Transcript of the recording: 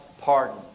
pardon